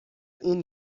این